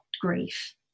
grief